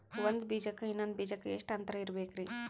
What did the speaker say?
ಒಂದ್ ಬೀಜಕ್ಕ ಇನ್ನೊಂದು ಬೀಜಕ್ಕ ಎಷ್ಟ್ ಅಂತರ ಇರಬೇಕ್ರಿ?